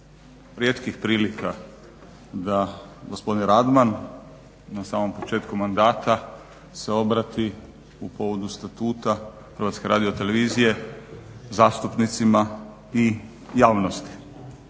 rijetkih prilika da gospodin Radman na samom početku mandata se obrati u povodu Statuta Hrvatske radiotelevizije zastupnicima i javnosti